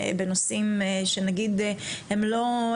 בנושאים שנגיד הם לא,